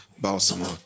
Baltimore